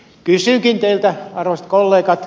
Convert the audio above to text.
kysynkin teiltä arvoisat kollegat